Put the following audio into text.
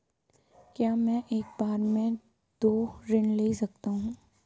क्या मैं एक बार में दो ऋण ले सकता हूँ?